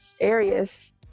areas